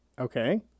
Okay